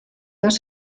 dos